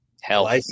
health